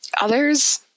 Others